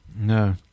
No